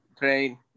train